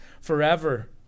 forever